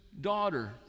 daughter